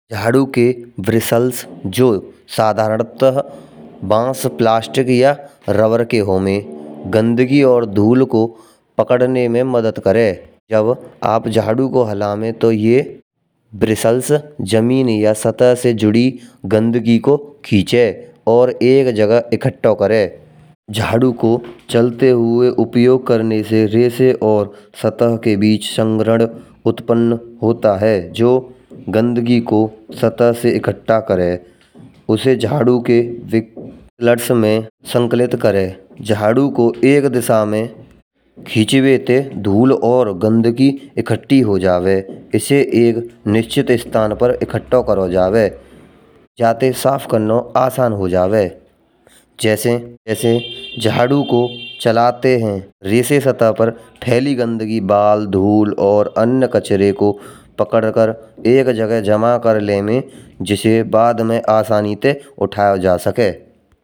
झाड़ो के ब्रुसेल्स जो साधारणत बांस, प्लास्टिक या रबर के होवे। और धूल को पकड़ने में मदद करें। जब आप झाड़ू को हालावे तो यह ब्रुसेल्स जमीन या सतह से जूड़ी गंदगी को खींचे। और एक जगह एकट्ठों करें। झाड़ो के चलते हुए उपयोग करने से रे से और सतह के बीच ग्रहसन उत्पन्न होता है जो गंदगी को सतह से एकट्ठा करें। उसी झाड़ो के ब्रुसेल्स में संकलित करे। झाड़ो को एक दिशा में खिंचवे ते धूल और गंदगी एकठ्ठी हो जावे। इसे एक निश्चित स्थान पर एकट्ठा करो जावे। जाते साफ करना आसान हो जावे। जैसे झाड़ो को चलते हैं। रीते सतह पर फैली गंदगी बाल, धूल और अन्य कचरे को पकड़ कर एक जगह जमा कर लें। जिसे बाद में आसान से उठाया जा सके।